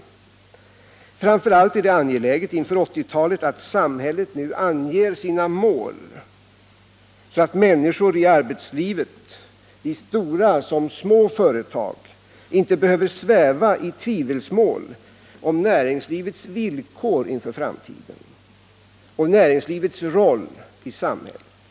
Inför 1980-talet är det framför allt angeläget att samhället nu anger sina mål, så att människorna i arbetslivet, i stora som små företag, inte behöver sväva i tvivelsmål om näringslivets villkor inför framtiden, och näringslivets roll i samhället.